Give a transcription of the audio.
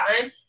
time